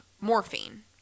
morphine